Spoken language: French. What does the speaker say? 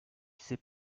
s’est